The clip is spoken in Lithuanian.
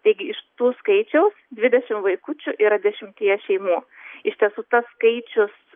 taigi iš tų skaičiaus dvidešim vaikučių yra dešimtyje šeimų iš tiesų tas skaičius